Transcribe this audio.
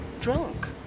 Drunk